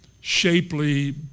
shapely